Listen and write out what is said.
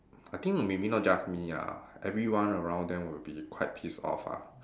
I think maybe not just me ah everyone around them will be quite pissed off ah